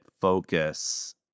focus